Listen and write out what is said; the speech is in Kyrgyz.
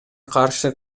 каршы